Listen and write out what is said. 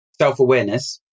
self-awareness